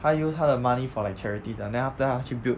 他 use 他的 money for like charity 的 then after that 他去 build